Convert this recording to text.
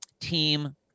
team